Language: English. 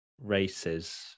races